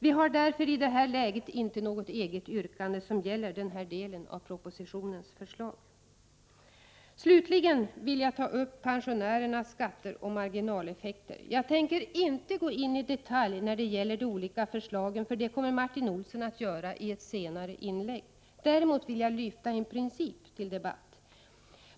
Vi har därför i det här läget inte något eget yrkande som gäller denna del av propositionens förslag. Slutligen vill jag ta upp pensionärernas skatter och marginaleffekter. Jag tänker inte gå in i detalj när det gäller de olika förslagen, för det kommer Martin Olsson att göra i ett senare inlägg. Däremot vill jag lyfta fram en princip till debatt.